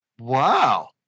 wow